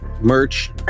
merch